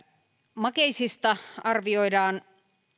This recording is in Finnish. makeisista arvioidaan